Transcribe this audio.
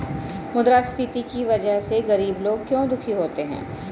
मुद्रास्फीति की वजह से गरीब लोग क्यों दुखी होते हैं?